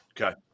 Okay